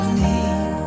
need